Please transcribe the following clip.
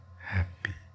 happy